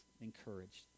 encouraged